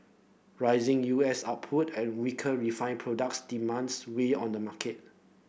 rising U S output and weaker refined products demands weighed on the market